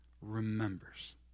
remembers